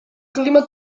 clima